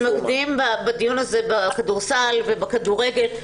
אנחנו מתמקדים בדיון הזה בכדורסל ובכדורסל,